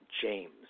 James